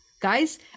guys